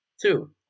Two